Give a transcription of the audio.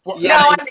No